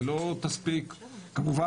כמובן,